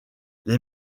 les